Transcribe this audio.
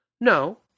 No